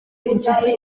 inshuti